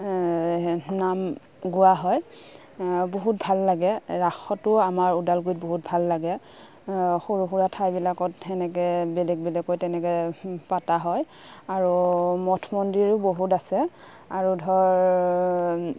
নাম গোৱা হয় বহুত ভাল লাগে ৰাসতো আমাৰ ওদালগুৰিত বহুত ভাল লাগে সৰুসুৰা ঠাইবিলাকত সেনেকৈ বেলেগ বেলেকৈ তেনেকৈ পতা হয় আৰু মঠ মন্দিৰো বহুত আছে আৰু ধৰ